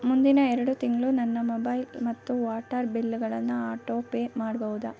ಮುಂದಿನ ಎರಡು ತಿಂಗಳು ನನ್ನ ಮೊಬೈಲ್ ಮತ್ತು ವಾಟರ್ ಬಿಲ್ಗಳನ್ನು ಆಟೋ ಪೇ ಮಾಡ್ಬಹುದ